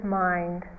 mind